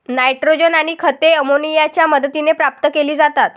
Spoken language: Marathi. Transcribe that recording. नायट्रोजन आणि खते अमोनियाच्या मदतीने प्राप्त केली जातात